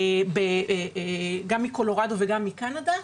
גם מקולורדו וגם מקנדה.